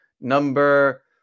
Number